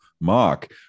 Mark